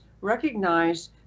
recognize